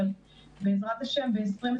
אבל בעזרת השם ב-2021,